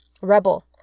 rebel